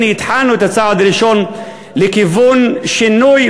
הנה התחלנו את הצעד הראשון לכיוון שינוי,